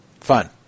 Fun